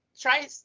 Try